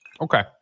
Okay